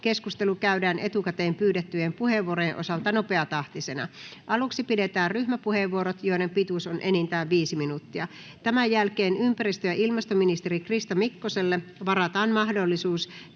keskustelu käydään etukäteen pyydettyjen puheenvuorojen osalta nopeatahtisena. Aluksi pidetään ryhmäpuheenvuorot, joiden pituus on enintään 5 minuuttia. Tämän jälkeen ympäristö- ja ilmastoministeri Krista Mikkoselle varataan mahdollisuus